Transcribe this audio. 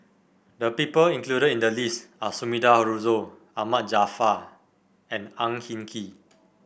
the people included in the list are Sumida Haruzo Ahmad Jaafar and Ang Hin Kee